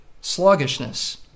sluggishness